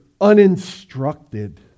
uninstructed